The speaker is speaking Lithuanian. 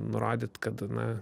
nurodyt kad na